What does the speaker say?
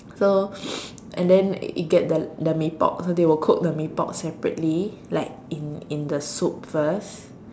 so and then it get the the Mee-Pok so they will cook the Mee-Pok separately like in in the soup first